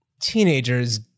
teenagers